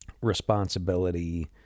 responsibility